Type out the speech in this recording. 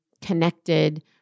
connected